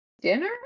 dinner